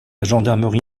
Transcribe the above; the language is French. gendarmerie